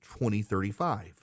2035